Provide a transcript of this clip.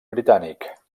britànic